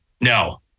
No